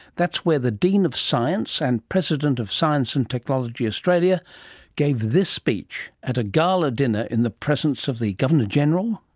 that's where the dean of science and president of science and technology australia gave this speech at a gala dinner in the presence of the governor general,